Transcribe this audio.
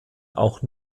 auch